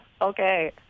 okay